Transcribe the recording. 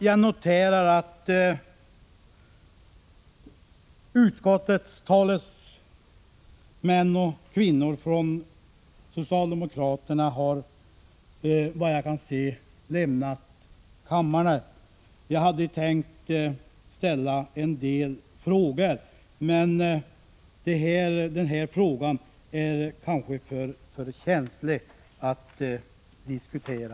Jag noterar att utskottets socialdemokratiska talesmän och kvinnor tydligen har lämnat kammaren. Jag hade tänkt ställa en del frågor till dem, men detta kanske är för känsligt att diskutera.